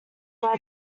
why